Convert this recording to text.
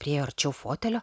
priėjo arčiau fotelio